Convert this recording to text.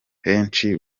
henshi